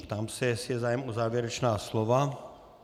Ptám se, jestli je zájem o závěrečná slova.